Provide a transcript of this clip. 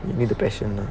you need the passion lah